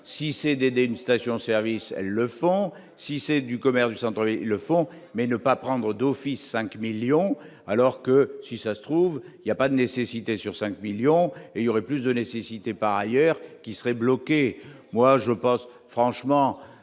ont besoin 6 CDD une station-service le font si c'est du commerce du centre le fond mais ne pas prendre d'office 5 millions alors que si ça se trouve, il y a pas de nécessité sur 5 millions et il y aurait plus de nécessité par ailleurs qui serait bloqués, moi je pense franchement